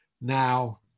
Now